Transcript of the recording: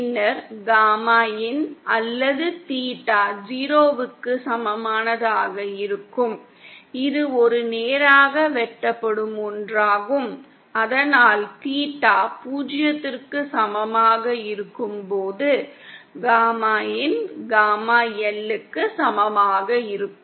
பின்னர் காமாin அல்லது தீட்டா ஜீரோவுக்கு சமமானதாக இருக்கும் இது ஒரு நேராக வெட்டப்படும் ஒன்றாகும் அதனால் தீட்டா பூஜ்ஜியத்திற்கு சமமாக இருக்கும் போது காமாin காமா L க்கு சமமாக இருக்கும்